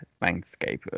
landscape